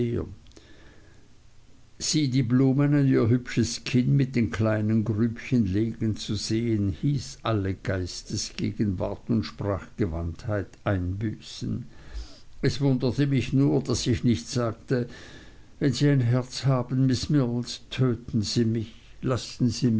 die blumen an ihr hübsches kinn mit dem kleinen grübchen legen zu sehen hieß alle geistesgegenwart und sprachgewandtheit einbüßen es wundert mich nur daß ich nicht sagte wenn sie ein herz haben miß mills töten sie mich lassen sie mich